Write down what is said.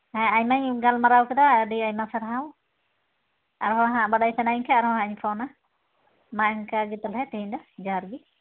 ᱦᱮᱸ ᱟᱭᱢᱟᱧ ᱜᱟᱞᱢᱟᱨᱟᱣ ᱠᱮᱫᱟ ᱟᱹᱰᱤ ᱟᱭᱢᱟ ᱥᱟᱨᱦᱟᱣ ᱟᱨᱦᱚᱸ ᱦᱟᱸᱜ ᱵᱟᱲᱟᱭ ᱥᱟᱱᱟᱭᱤᱧ ᱠᱷᱟᱜ ᱟᱨᱦᱚᱸ ᱦᱟᱸᱜ ᱤᱧ ᱯᱷᱳᱱᱟ ᱢᱟ ᱤᱱᱠᱟᱹ ᱜᱮ ᱛᱟᱦᱚᱞᱮ ᱛᱮᱦᱤᱧᱫᱚ ᱡᱚᱦᱟᱨᱜᱮ